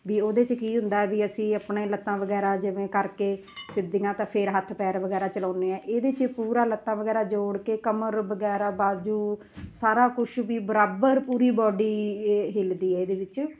ਵੀ ਉਹਦੇ 'ਚ ਕੀ ਹੁੰਦਾ ਵੀ ਅਸੀਂ ਆਪਣੇ ਲੱਤਾਂ ਵਗੈਰਾ ਜਿਵੇਂ ਕਰਕੇ ਸਿੱਧੀਆਂ ਤਾਂ ਫਿਰ ਹੱਥ ਪੈਰ ਵਗੈਰਾ ਚਲਾਉਂਦੇ ਹਾਂ ਇਹਦੇ 'ਚ ਪੂਰਾ ਲੱਤਾਂ ਵਗੈਰਾ ਜੋੜ ਕੇ ਕਮਰ ਵਗੈਰਾ ਬਾਜੂ ਸਾਰਾ ਕੁਛ ਵੀ ਬਰਾਬਰ ਪੂਰੀ ਬਾਡੀ ਏ ਹਿਲਦੀ ਹੈ ਇਹਦੇ ਵਿੱਚ